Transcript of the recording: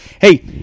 Hey